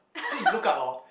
then she look up orh